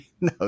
no